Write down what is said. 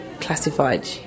classified